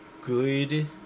good